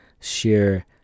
share